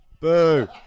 Boo